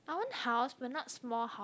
I want house but not small house